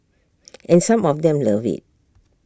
and some of them love IT